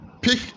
Pick